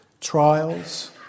trials